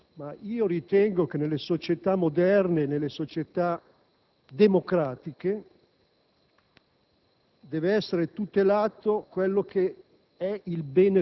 Credo che questo sia il sale vero della democrazia. Esprimiamo solidarietà al giornale «Libero» e al dottor Feltri,